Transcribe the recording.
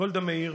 גולדה מאיר,